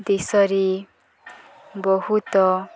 ଦେଶରେ ବହୁତ